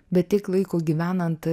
bet tiek laiko gyvenant